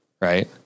Right